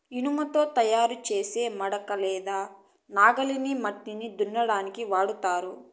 ఇనుముతో తయారు చేసే మడక లేదా నాగలిని మట్టిని దున్నటానికి వాడతారు